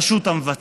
הוא הרשות המבצעת,